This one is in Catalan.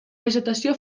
vegetació